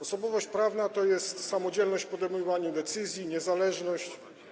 Osobowość prawna to jest samodzielność w podejmowaniu decyzji, niezależność.